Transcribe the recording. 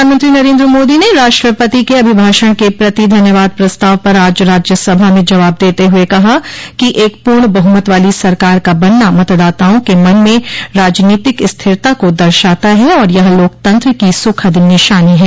प्रधानमंत्री नरेन्द्र मोदी ने राष्ट्रपति के अभिभाषण के प्रति धन्यवाद प्रस्ताव पर आज राज्यसभा में जवाब देते हुए कहा कि एक पूर्ण बहुमत वाली सरकार का बनना मतदाताओं के मन में राजनीतिक स्थिरता को दर्शाता है और यह लोकतंत्र की सुखद निशानी है